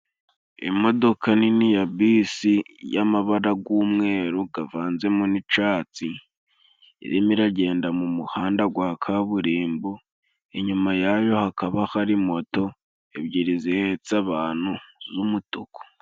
Imodoka nini ya bisi y'amabara g'umweru gavanzemo n'icyatsi, irimo iragenda mu muhanda gwa kaburimbo, inyuma yayo hakaba hari moto ebyiri zihetsa abantu z'umutuku.